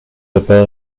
papa